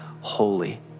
holy